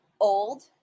old